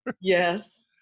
Yes